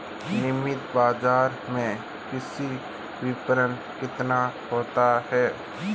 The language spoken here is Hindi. नियमित बाज़ार में कृषि विपणन कितना होता है?